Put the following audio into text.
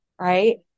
Right